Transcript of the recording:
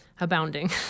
abounding